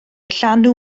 llanw